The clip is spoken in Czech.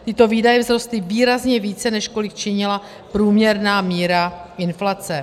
Tyto výdaje vzrostly výrazně více, než kolik činila průměrná míra inflace.